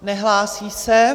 Nehlásí se.